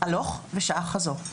הלוך ושעה חזור.